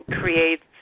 creates